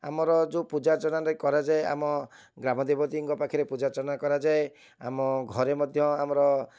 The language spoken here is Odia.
ଆମର ଯେଉଁ ପୂଜା ଅର୍ଚ୍ଚନାଟିଏ କରାଯାଏ ଆମ ଗ୍ରାମ ଦେବତୀଙ୍କ ପାଖରେ ପୂଜା ଅର୍ଚ୍ଚନା କରାଯାଏ ଆମ ଘରେ ମଧ୍ୟ ଆମର